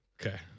Okay